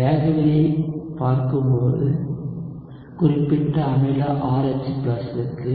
வேகவிதியைப் பார்க்கும்போது குறிப்பிட்ட அமில RH க்கு